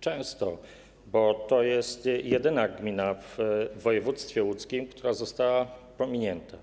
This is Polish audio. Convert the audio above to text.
często słychać, bo to jest jedyna gmina w województwie łódzkim, która została pominięta.